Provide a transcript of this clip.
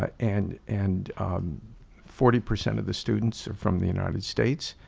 ah and and forty percent of the students are from the united states.